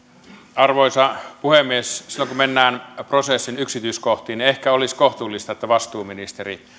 arvoisa puhemies silloin kun mennään prosessin yksityiskohtiin niin ehkä olisi kohtuullista että vastuuministeri